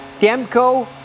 Demko